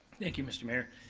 thank you, mr. mayor.